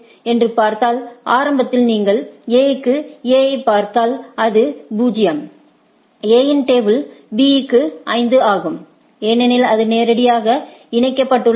என்று பார்த்தால் ஆரம்பத்தில் நீங்கள் A க்கு A ஐப் பார்த்தால் அது 0 A இன் டேபிள் B க்கு 5 ஆகும் ஏனெனில் அது நேரடியாக இணைக்கப்பட்டுள்ளது